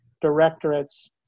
directorates